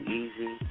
easy